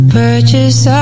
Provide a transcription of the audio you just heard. purchase